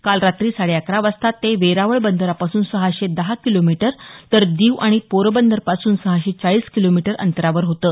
काल रात्री साडे अकरा वाजता ते वेरावळ बंदरापासून सहाशे दहा किलोमीटर तर दीव आणि पोरबंदरपासून सहाशे चाळीस किलोमीटर अंतरावर होतं